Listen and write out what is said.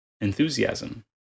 enthusiasm